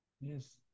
Yes